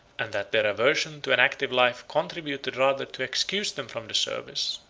and that their aversion to an active life contributed rather to excuse them from the service,